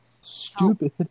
Stupid